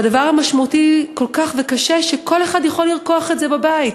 והדבר המשמעותי והקשה כל כך הוא שכל אחד יכול לרקוח את זה בבית.